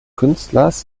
künstlers